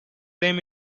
them